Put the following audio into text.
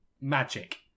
magic